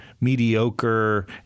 mediocre